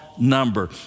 number